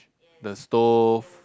the stove